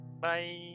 bye